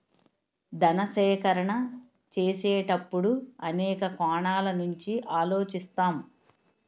ధన సేకరణ చేసేటప్పుడు అనేక కోణాల నుంచి ఆలోచిస్తాం